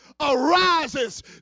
arises